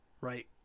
Right